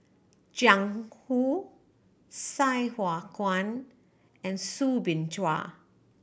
Jiang Hu Sai Hua Kuan and Soo Bin Chua